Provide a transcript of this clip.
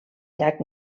llac